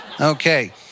Okay